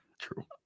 true